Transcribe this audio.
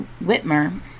Whitmer